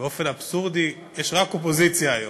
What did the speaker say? באופן אבסורדי יש רק אופוזיציה היום.